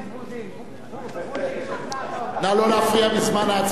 נא לא להפריע בזמן ההצבעה, רבותי.